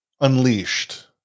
Unleashed